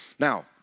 Now